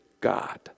God